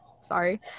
sorry